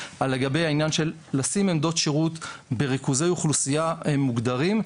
לגבי הנושא של העמדת עמדות שירות בריכוזי האוכלוסייה הגדולים,